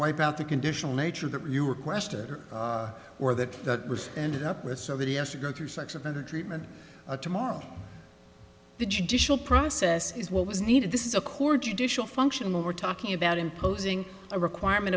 wipe out the conditional nature that you requested or or that that was ended up with so that he has to go through sex offender treatment tomorrow the judicial process is what was needed this is a core judicial function we're talking about imposing a requirement